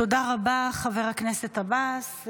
תודה רבה, חבר הכנסת עבאס.